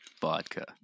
vodka